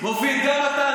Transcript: מופיד, גם אתה.